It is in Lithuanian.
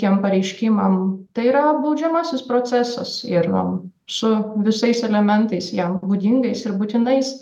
tiem pareiškimam tai yra baudžiamasis procesas ir nu su visais elementais jam būdingais ir būtinais